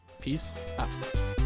peace